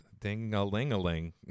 Ding-a-ling-a-ling